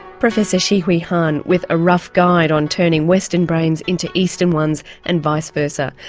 professor shihui han with a rough guide on turning western brains into eastern ones and vice versa.